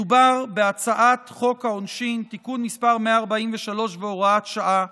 מדובר בהצעת חוק העונשין (תיקון מס' 143 והוראת שעה),